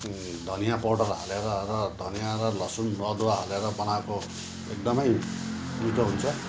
धनियाँ पाउडर हालेर र धनियाँ र लसुन अदुवा हालेर बनाएको एकदमै मिठो हुन्छ